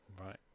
Right